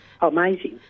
Amazing